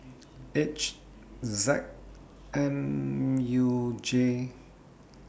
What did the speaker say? H Z M U J six